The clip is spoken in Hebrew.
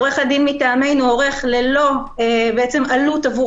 עורך הדין מטעמנו עורך ללא עלות עבור